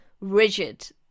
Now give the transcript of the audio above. rigid